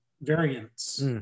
variants